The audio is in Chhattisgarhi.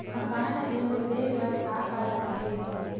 मकान ऋण ले बर का का लगथे?